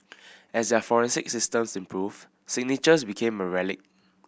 as their forensic systems improved signatures became a relic